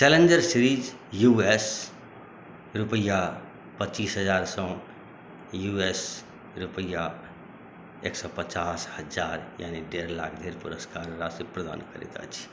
challenger series U S रुपैआ पच्चीस हजार सॅं यू एस रुपैआ एक सए पचास हजार यानी डेढ़ लाख के पुरस्कार वार्षिक प्रदान कयल जाइत छै